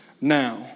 now